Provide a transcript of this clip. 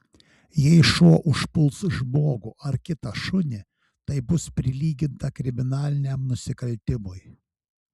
jei šuo užpuls žmogų ar kitą šunį tai bus prilyginta kriminaliniam nusikaltimui